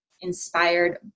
inspired